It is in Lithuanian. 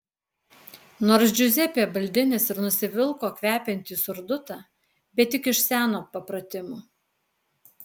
nors džiuzepė baldinis ir nusivilko kvepiantį surdutą bet tik iš seno papratimo